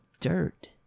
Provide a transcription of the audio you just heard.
dirt